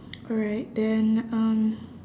alright then um